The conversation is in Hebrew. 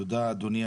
תודה, אדוני